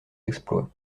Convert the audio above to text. exploits